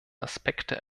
aspekte